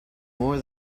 more